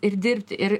ir dirbti ir